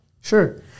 Sure